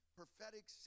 prophetic